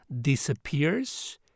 disappears